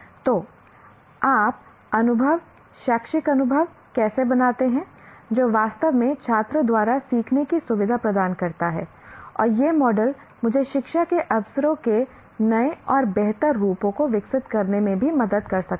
तो आप अनुभव शैक्षिक अनुभव कैसे बनाते हैं जो वास्तव में छात्र द्वारा सीखने की सुविधा प्रदान करता है और यह मॉडल मुझे शिक्षा के अवसरों के नए और बेहतर रूपों को विकसित करने में भी मदद कर सकता है